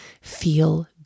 feel